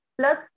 plus